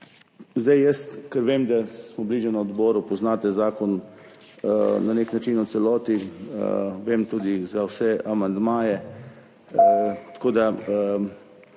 leto. Ker vem, da smo bili že na odboru, poznate zakon na nek način v celoti, vem tudi za vse amandmaje, tako da